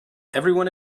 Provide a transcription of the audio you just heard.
everyone